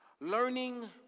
learning